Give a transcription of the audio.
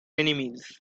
enemies